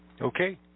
Okay